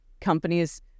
companies